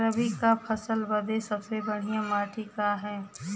रबी क फसल बदे सबसे बढ़िया माटी का ह?